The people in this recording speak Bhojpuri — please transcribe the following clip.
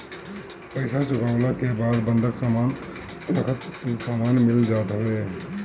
पईसा चुकवला के बाद बंधक रखल सामान मिल जात हवे